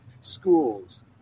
schools